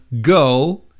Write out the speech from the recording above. go